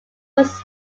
was